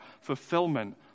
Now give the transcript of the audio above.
fulfillment